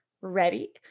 Ready